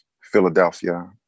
Philadelphia